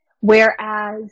whereas